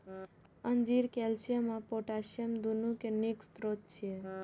अंजीर कैल्शियम आ पोटेशियम, दुनू के नीक स्रोत छियै